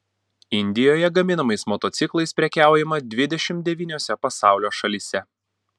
indijoje gaminamais motociklais prekiaujama dvidešimt devyniose pasaulio šalyse